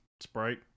sprite